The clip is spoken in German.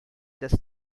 des